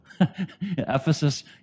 Ephesus